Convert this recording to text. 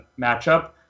matchup